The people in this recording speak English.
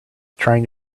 trying